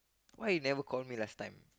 why they never call me last time